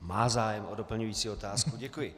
Má zájem o doplňující otázku, děkuji.